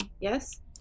yes